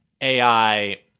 AI